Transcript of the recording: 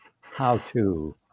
how-to